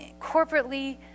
corporately